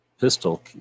pistol